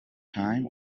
time